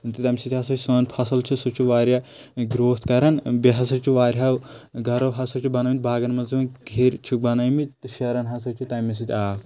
تہٕ تَمہِ سۭتۍ ہسا چھُ سون فصٕل چھُ سُہ چھُ واریاہ گرٛوتھ کران ٲں بیٚیہِ ہسا چھِ واریاہو گھرو ہسا چھِ بنٲیمِتۍ باغَن منٛزٕے وۄنۍ کہٕرۍ چھِکھ بنٲیمِتۍ تہٕ شیران ہسا چھِ تَمے سۭتۍ آب